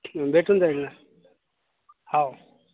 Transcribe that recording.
भेटून जाईल ना हो